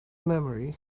memory